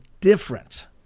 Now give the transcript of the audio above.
different